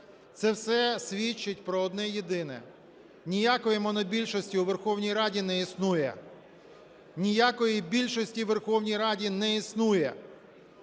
Це все свідчить про одне єдине – ніякої монобільшості у Верховній Раді не існує, ніякої більшості у Верховній Раді не існує.